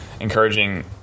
encouraging